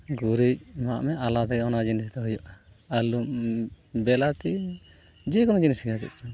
ᱜᱩᱨᱤᱡ ᱮᱢᱟᱜ ᱢᱮ ᱟᱞᱟᱫᱟ ᱜᱮ ᱚᱱᱟ ᱡᱤᱱᱤᱥ ᱫᱚ ᱦᱩᱭᱩᱜᱼᱟ ᱟᱞᱩ ᱵᱤᱞᱟᱹᱛᱤ ᱡᱮᱠᱳᱱᱳ ᱡᱤᱱᱤᱥ ᱜᱮ ᱪᱮᱫ ᱪᱚᱝ